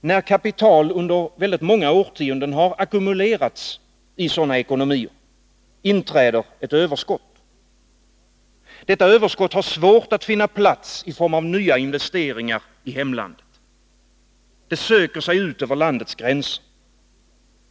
När kapital under många årtionden har ackumulerats i sådana ekonomier, inträder ett överskott. Detta överskott har svårt att finna plats i form av nya investeringar i hemlandet. Det söker sig ut över landets gränser.